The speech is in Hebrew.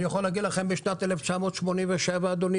אני יכול להגיד לכם, בשנת 1987, אדוני